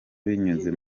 binyuze